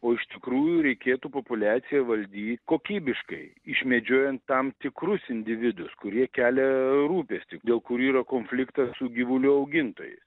o iš tikrųjų reikėtų populiaciją valdy kokybiškai išmedžiojant tam tikrus individus kurie kelia rūpestį dėl kurių yra konfliktas su gyvulių augintojais